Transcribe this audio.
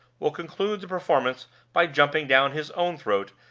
will conclude the performances by jumping down his own throat,